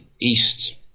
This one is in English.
east